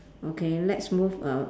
okay let's move uh